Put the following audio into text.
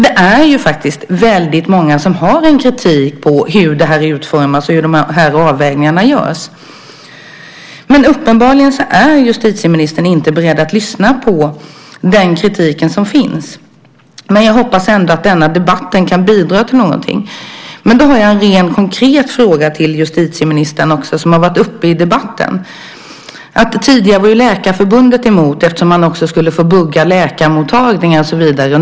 Det är väldigt många som har kritik mot hur det här utformas och hur de här avvägningarna görs. Men uppenbarligen är justitieministern inte beredd att lyssna på den kritik som finns. Jag hoppas ändå att denna debatt kan bidra till någonting. Jag har också en rent konkret fråga till justitieministern, och den har varit uppe i debatten. Tidigare var Läkarförbundet emot, eftersom man skulle få bugga läkarmottagningar och så vidare.